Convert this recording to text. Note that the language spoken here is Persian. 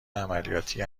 عملیاتی